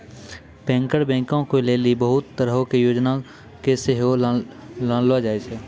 banker बैंको के लेली बहुते तरहो के योजना के सेहो लानलो जाय छै